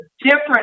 different